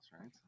right